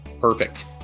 Perfect